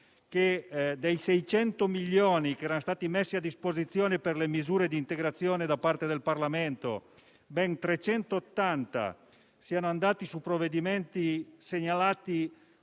che, dei 600 milioni messi a disposizione per le misure di integrazione da parte del Parlamento, ben 380 siano stati destinati a provvedimenti segnalati